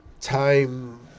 time